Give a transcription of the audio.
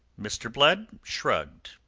mr. blood shrugged,